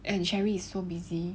and cherry is so busy